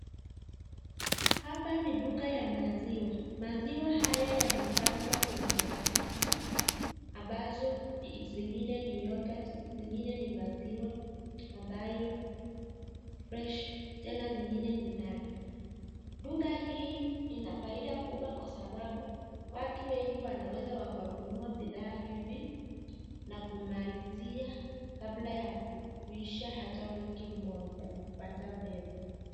Hapa ni duka ya maziwa. Maziwa haya yamepangwa kwenye mabaketi ambazo zingine ni yoghurt zingine ni maziwa ambayo fresh tena zingine ni maji. Duka hii inafaida kubwa kwa sababu watu wengi wanaweza wakanunua bidhaa hivi na kumalizia kabla ya kuishia hata wiki moja na kupata pesa.